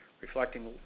reflecting